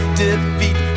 defeat